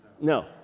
No